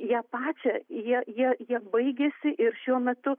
ją pačią jie jie baigėsi ir šiuo metu